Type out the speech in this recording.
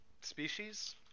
Species